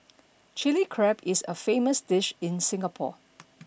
Chilli Crab is a famous dish in Singapore